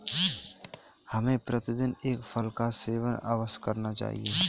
हमें प्रतिदिन एक फल का सेवन अवश्य करना चाहिए